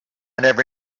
never